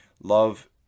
love